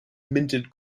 minted